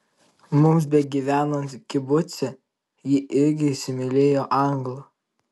mums begyvenant kibuce ji irgi įsimylėjo anglą